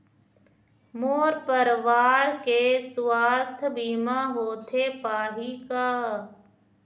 मोर परवार के सुवास्थ बीमा होथे पाही का?